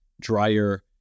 drier